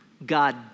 God